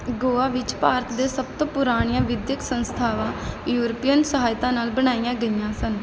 ਗੋਆ ਵਿੱਚ ਭਾਰਤ ਦੇ ਸਭ ਤੋਂ ਪੁਰਾਣੀਆਂ ਵਿੱਦਿਅਕ ਸੰਸਥਾਵਾਂ ਯੂਰਪੀਅਨ ਸਹਾਇਤਾ ਨਾਲ ਬਣਾਈਆਂ ਗਈਆਂ ਸਨ